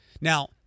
Now